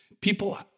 People